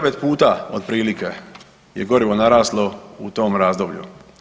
Devet puta otprilike je gorivo naraslo u tom razdoblju.